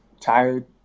Tired